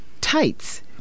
tights